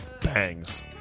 bangs